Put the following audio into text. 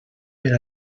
per